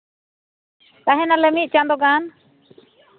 ᱛᱟᱦᱮᱱᱟᱞᱮ ᱢᱤᱫ ᱪᱟᱸᱫᱳ ᱜᱟᱱ